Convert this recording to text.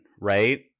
right